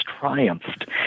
triumphed